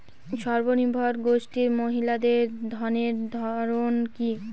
স্বনির্ভর গোষ্ঠীর মহিলাদের ঋণের ধরন কি?